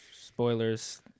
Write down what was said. spoilers